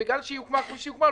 ובגלל שהיא הוקמה כפי שהיא הוקמה,